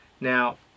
Now